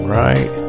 right